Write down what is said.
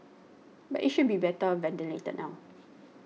but it should be better ventilated now